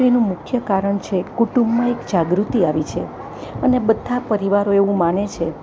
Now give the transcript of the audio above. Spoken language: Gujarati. તેનું મુખ્ય કારણ છે કુટુંબમાં એક જાગૃતિ આવી છે અને બધા પરિવારો એવું માને છે